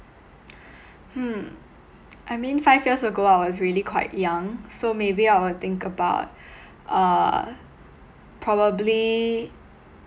hmm I mean five years ago I was really quite young so maybe I will think about uh probably